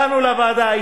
באנו לוועדה,